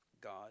God